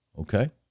Okay